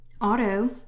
auto